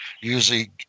usually